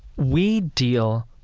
we deal